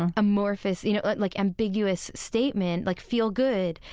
and amorphous, you know, like like ambiguous statement, like feel good.